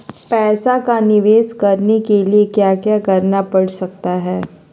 पैसा का निवेस करने के लिए क्या क्या करना पड़ सकता है?